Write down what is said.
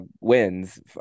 wins